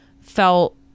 felt